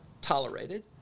tolerated